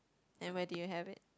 and where did you have it